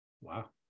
wow